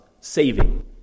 saving